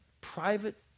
private